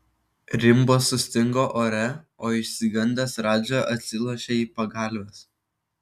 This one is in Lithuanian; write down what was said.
rimbas sustingo ore o išsigandęs radža atsilošė į pagalves